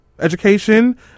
education